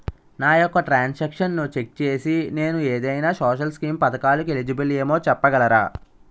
నా యెక్క ట్రాన్స్ ఆక్షన్లను చెక్ చేసి నేను ఏదైనా సోషల్ స్కీం పథకాలు కు ఎలిజిబుల్ ఏమో చెప్పగలరా?